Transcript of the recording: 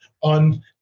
on